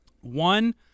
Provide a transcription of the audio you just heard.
One